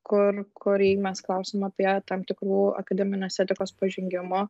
kur kurį mes klausėm apie tam tikrų akademinės etikos pažengimo